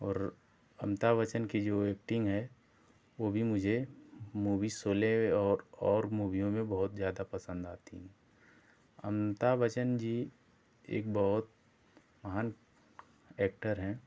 और अमिताभ बच्चन की जो ऐक्टिंग हे वो भी मुझे मुभी शोले और और मुभीयों में बहुत ज्यादा पसंद आती हें अमिताभ बच्चन जी एक बहुत महान ऐक्टर हैं